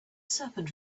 serpent